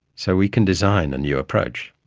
so we can design a new approach.